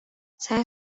saya